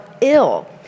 ill